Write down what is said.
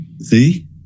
See